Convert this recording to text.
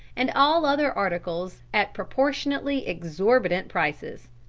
and all other articles at proportionately exhorbitant prices.